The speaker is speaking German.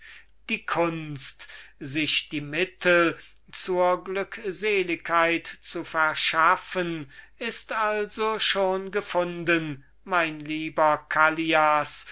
die kunst sich die mittel zur glückseligkeit zu verschaffen ist also schon gefunden mein lieber callias